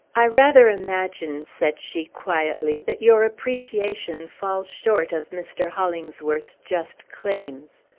i rather imagine, said she quietly, that your appreciation falls short of mr. hollingsworth's just claims.